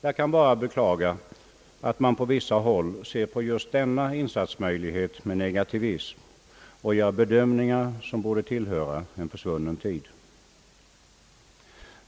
Jag kan bara beklaga att man på vissa håll betraktar denna insatsmöjlighet med negativism och gör bedömningar som borde tillhöra en försvunnen tid.